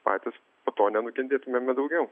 patys po to nenukentėtumėme daugiau